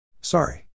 Sorry